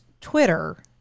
Twitter